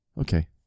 Okay